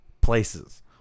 places